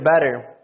better